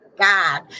God